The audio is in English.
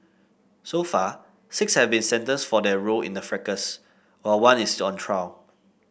so far six have been sentenced for their role in the fracas while one is on trial